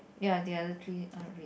ya the other three are red